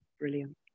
Brilliant